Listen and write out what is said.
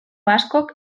askok